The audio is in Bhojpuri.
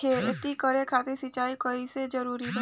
खेती करे खातिर सिंचाई कइल जरूरी बा का?